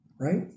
right